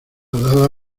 dada